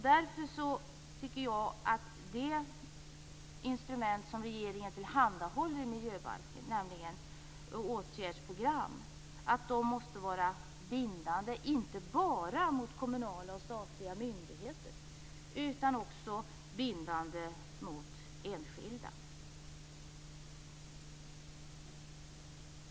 Därför tycker jag att det instrument som regeringen tillhandahåller i miljöbalken - det handlar då om åtgärdsprogram - måste vara bindande, inte bara gentemot kommunala och statliga myndigheter utan också gentemot enskilda.